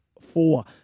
four